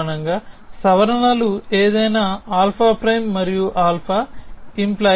సాధారణంగా సవరణలు ఏదైనా α'∧α🡪β ను సూచిస్తుంది